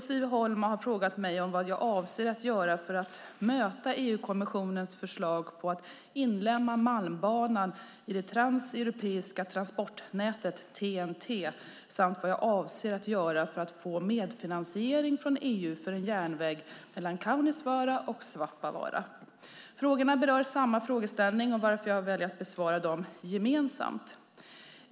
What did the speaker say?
Siv Holma har frågat mig vad jag avser att göra för att möta EU-kommissionens förslag på att inlemma Malmbanan i det Transeuropeiska transportnätet, TEN-T samt vad jag avser att göra för att få medfinansiering från EU för en järnväg mellan Kaunisvaara och Svappavaara. Frågorna berör samma frågeställning, varför jag väljer att besvara dem gemensamt.